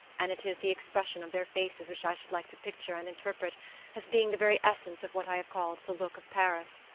and it is the expression of their faces which i should like to picture and interpret as being the very essence of what i have called the look of paris.